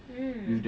mm